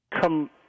come